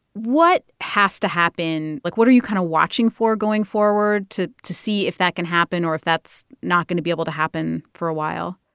what has to happen? like, what are you kind of watching for going forward to to see if that can happen or if that's not going to be able to happen for a while?